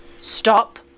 Stop